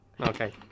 Okay